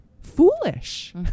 foolish